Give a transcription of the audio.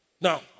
Now